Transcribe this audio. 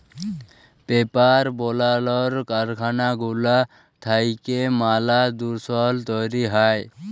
paper বালালর কারখালা গুলা থ্যাইকে ম্যালা দুষল তৈরি হ্যয়